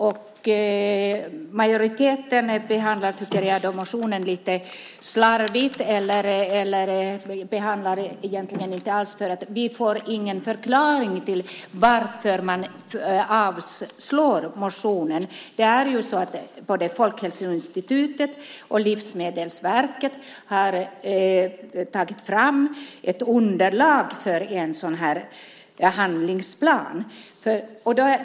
Majoriteten behandlar den motionen lite slarvigt eller egentligen inte alls. Vi får ingen förklaring till varför man avstyrker motionen. Både Folkhälsoinstitutet och Livsmedelsverket har tagit fram ett underlag för en handlingsplan.